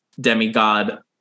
demigod